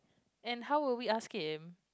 and how will we ask him